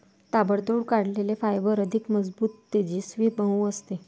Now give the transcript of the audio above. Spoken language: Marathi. ताबडतोब काढलेले फायबर अधिक मजबूत, तेजस्वी, मऊ असते